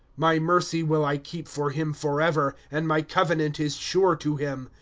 my mercy will i keep for him forever, and my covenant is sure to him,